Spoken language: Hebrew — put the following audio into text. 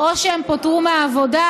או שהם פוטרו מהעבודה,